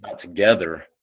together